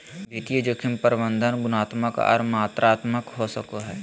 वित्तीय जोखिम प्रबंधन गुणात्मक आर मात्रात्मक हो सको हय